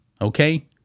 Okay